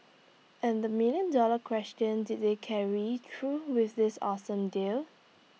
and the million dollar question did they carry through with this awesome deal